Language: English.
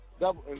double